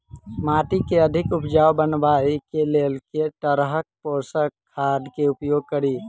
माटि केँ अधिक उपजाउ बनाबय केँ लेल केँ तरहक पोसक खाद केँ उपयोग करि?